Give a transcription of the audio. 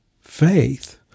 faith